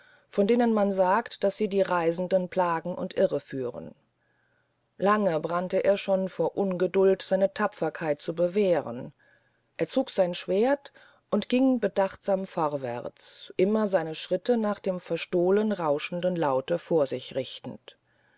von denen man sagt daß sie die reisenden plagen und irre führen lange brannte er schon vor ungeduld seine tapferkeit zu bewähren er zog sein schwerd und ging bedachtsam vorwärts immer seine schritte nach dem verstohlen rauschenden laute vor ihm richtend